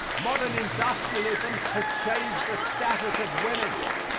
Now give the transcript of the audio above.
modern industrialism has changed the status of women.